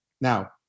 Now